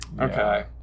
Okay